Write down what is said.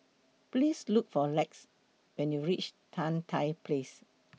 Please Look For Lex when YOU REACH Tan Tye Place